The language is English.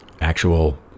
actual